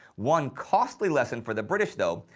one costly lesson for the british, though,